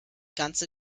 ganze